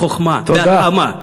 בחוכמה, בהתאמה.